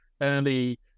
early